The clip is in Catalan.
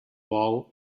bou